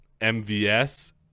MVS